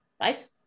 right